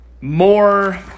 more